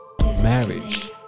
marriage